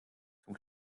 zum